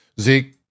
zeke